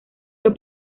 los